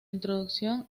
introducción